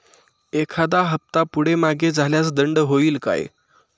एखादा हफ्ता पुढे मागे झाल्यास दंड होईल काय?